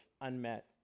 unmet